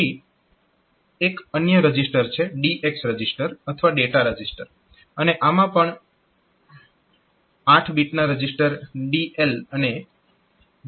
પછી એક અન્ય રજીસ્ટર છે DX રજીસ્ટર અથવા ડેટા રજીસ્ટર અને આમાં પણ 8 બીટના રજીસ્ટર DL અને DH છે